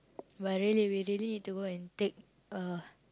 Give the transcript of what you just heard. but really we really need to go and take uh